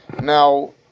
Now